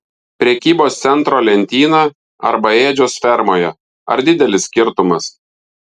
prekybos centro lentyna arba ėdžios fermoje ar didelis skirtumas